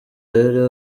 yari